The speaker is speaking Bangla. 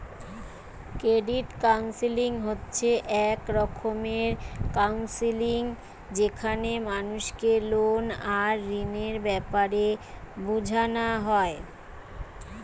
ক্রেডিট কাউন্সেলিং হচ্ছে এক রকমের কাউন্সেলিং যেখানে মানুষকে লোন আর ঋণের বেপারে বুঝানা হয়